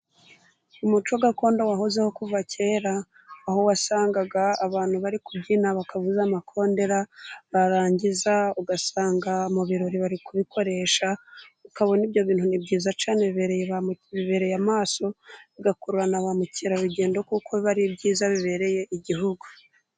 Umuco gakondo wahozeho kuva kera, aho wasangaga abantu bari kubyina bakavuza amakondera, barangiza ugasanga mu birori bari kubikoresha, ukabona ibyo bintu ni byiza cyane bibereye amaso, bigakurura na ba mukerarugendo kuko biba ari byiza bibereye Igihugu.